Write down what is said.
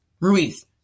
Ruiz